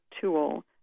tool